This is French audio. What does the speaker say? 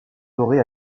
doré